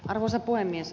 arvoisa puhemies